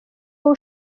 wowe